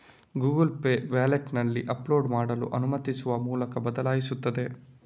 Google Pay ವ್ಯಾಲೆಟಿನಲ್ಲಿ upload ಮಾಡಲು ಅನುಮತಿಸುವ ಮೂಲಕ ಬದಲಾಯಿಸುತ್ತದೆ